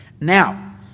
Now